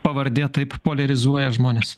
pavardė taip poliarizuoja žmones